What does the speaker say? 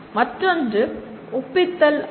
மற்றொன்று "ஒப்பித்தல்" ஆகும்